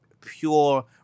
pure